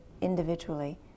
individually